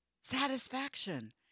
satisfaction